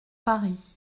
paris